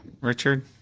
Richard